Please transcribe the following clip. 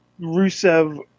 rusev